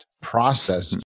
process